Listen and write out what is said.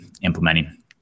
implementing